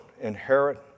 inherit